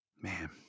man